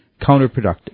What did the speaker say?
counterproductive